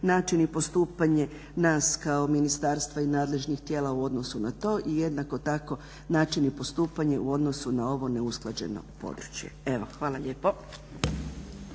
način i postupanje nas kao ministarstva i nadležnih tijela u odnosu na to. I jednako tako način i postupanje u odnosu na ovo neusklađeno područje. Evo, hvala lijepo.